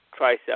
tricep